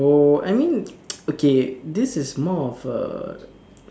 oh I mean okay this is more of a